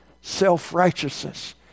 self-righteousness